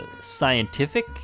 scientific